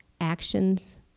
actions